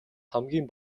хамгийн